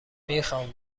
میخام